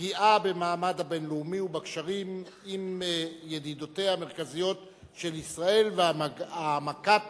פגיעה במעמד הבין-לאומי ובקשרים עם ידידותיה המרכזיות של ישראל והעמקת